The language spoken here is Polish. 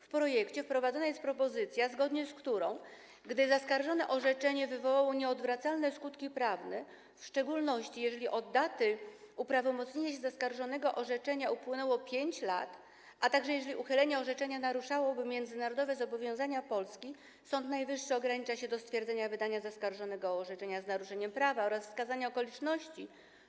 W projekcie wprowadzona jest propozycja, zgodnie z którą gdy zaskarżone orzeczenie wywołało nieodwracalne skutki prawne, w szczególności jeżeli od daty uprawomocnienia się zaskarżonego orzeczenia upłynęło 5 lat, a także jeżeli uchylenie orzeczenia naruszałoby międzynarodowe zobowiązania Polski, Sąd Najwyższy ogranicza się do stwierdzenia wydania zaskarżonego orzeczenia z naruszeniem prawa oraz wskazania okoliczności,